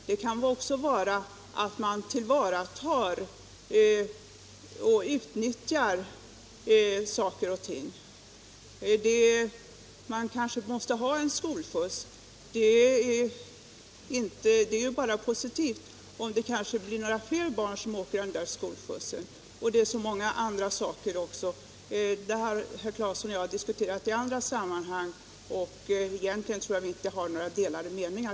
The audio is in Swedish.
Det gäller också att tillvarata och utnyttja saker och ting. Det behövs kanske skolskjuts, och det underlättas om det blir några fler barn som behöver sådan. Detta har herr Claeson och jag diskuterat i andra sammanhang, och egentligen tror jag inte vi har några delade meningar.